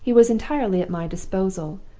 he was entirely at my disposal,